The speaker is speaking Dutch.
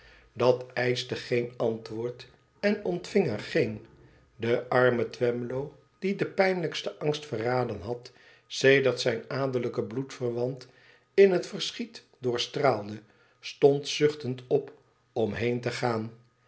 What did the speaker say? dat eischte geen antwoord en ontving er een de arme twemlow dijden pijnlijksten angst verraden had sedert zijn adellijke bloedverwant in het verschiet doorstraalde stond zuchtend op om heen te gaan